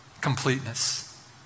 completeness